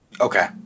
Okay